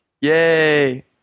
Yay